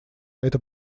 это